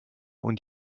und